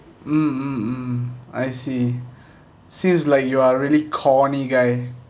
mm mm mm I see seems like you are really corny guy